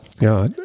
Ja